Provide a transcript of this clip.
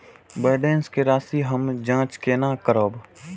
Balance के राशि हम जाँच केना करब?